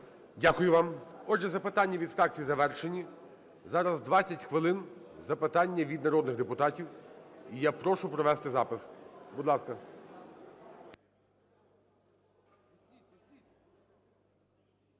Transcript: Дякую вам. Отже, запитання від фракцій завершені. Зараз 20 хвилин - запитання від народних депутатів. І я прошу провести запис. Будь ласка.